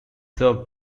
served